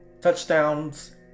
Touchdowns